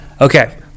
Okay